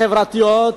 החברתיות,